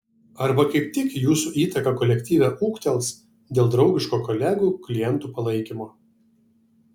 arba kaip tik jūsų įtaka kolektyve ūgtels dėl draugiško kolegų klientų palaikymo